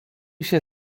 się